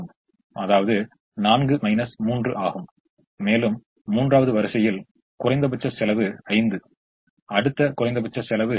செலவைக் குறைக்க நம்மால் இதிலிருந்து ஒன்றை உடனடியாக எடுக்க முடியாது ஏனென்றால் அந்த நிலையில் எதுவும் இல்லை எனவே அந்த நிலையை நம்மால் எதுவும் கருத முடியாது